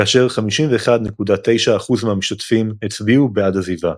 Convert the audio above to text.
כאשר 51.9 אחוז מהמשתתפים הצביעו בעד עזיבה.